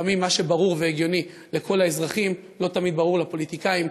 לפעמים מה שברור והגיוני לכל האזרחים לא תמיד ברור לפוליטיקאים.